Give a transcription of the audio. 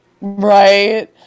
right